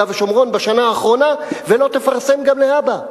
ושומרון בשנה האחרונה ולא תפרסם גם להבא,